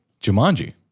Jumanji